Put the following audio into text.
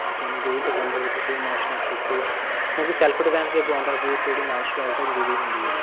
ਤੁਹਾਨੂੰ ਜੋ ਵੀ ਪਸੰਦ ਹੋਵੇ ਤੁਸੀਂ ਉਹ ਮਾਰਸ਼ਲ ਆਰਟ ਸਿੱਖੋ ਕਿਉਂਕਿ ਸੈਲਫ ਡਿਫੈਂਸ ਦੇ ਪੁਆਇੰਟ ਔਫ ਵਿਊ 'ਤੇ ਜਿਹੜੀ ਮਾਰਸ਼ਲ ਆਰਟ ਆ ਉਹ ਜ਼ਰੂਰੀ ਹੁੰਦੀ ਆ